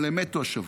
אבל הם מתו השבוע,